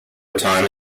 time